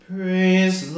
Praise